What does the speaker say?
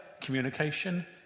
communication